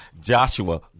Joshua